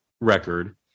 record